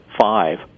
five